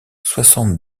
soixante